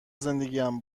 زندگیم